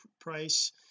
price